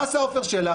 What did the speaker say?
מה עשה עפר שלח?